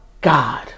God